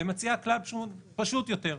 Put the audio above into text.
ומציעה כלל שהוא פשוט יותר,